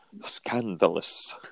scandalous